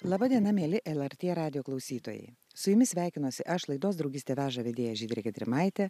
laba diena mieli lrt radijo klausytojai su jumis sveikinuosi aš laidos draugystė veža vedėja žydrė gedrimaitė